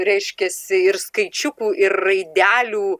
reiškiasi ir skaičiukų ir raidelių